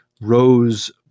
rose